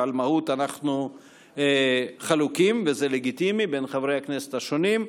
על מהות אנחנו חלוקים, חברי הכנסת השונים,